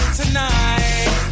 tonight